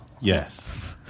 Yes